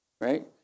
Right